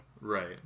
Right